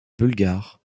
bulgare